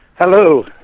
Hello